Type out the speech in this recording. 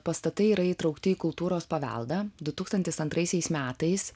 pastatai yra įtraukti į kultūros paveldą du tūkstantis antraisiais metais